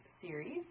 series